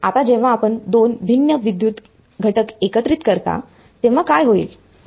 आता जेव्हा आपण दोन भिन्न विद्युत घटक एकत्रित करता तेव्हा काय होईल